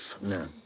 No